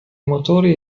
motori